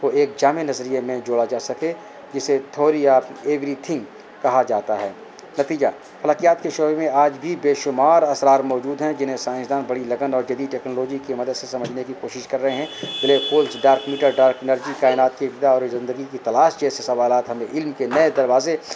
کو ایک جامع نظریے میں جوڑا جا سکے جسے تھیوری آپ ایوریتھنگ کہا جاتا ہے نتیجہ فلکیات کے شعبے میں آج بھی بے شمار اثرار موجود ہیں جنہیں سائنسداں بڑی لگن اور جدید ٹیکنالوجی کی مدد سے سمجھنے کی کوشش کر رہے ہیں black holes dark matter dark energy کائنات کی ابتدا اور زندگی تلاش جیسے سوالات ہمیں علم کے نئے دروازے